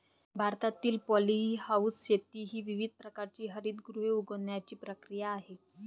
भारतातील पॉलीहाऊस शेती ही विविध प्रकारची हरितगृहे उगवण्याची प्रक्रिया आहे